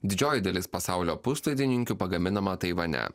didžioji dalis pasaulio puslaidininkių pagaminama taivane